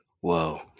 Whoa